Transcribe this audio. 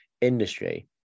industry